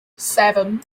seven